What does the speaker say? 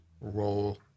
role